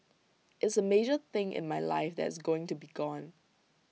it's A major thing in my life that it's going to be gone